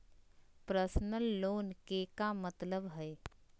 Personal loan के का मतलब हई?